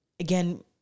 Again